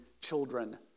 children